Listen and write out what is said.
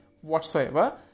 whatsoever